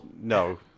no